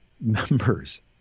members